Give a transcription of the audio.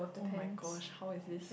oh my gosh how is he